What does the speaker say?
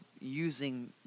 using